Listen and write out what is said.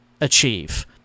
achieve